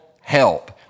help